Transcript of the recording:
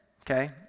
okay